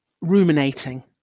ruminating